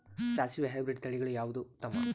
ಸಾಸಿವಿ ಹೈಬ್ರಿಡ್ ತಳಿಗಳ ಯಾವದು ಉತ್ತಮ?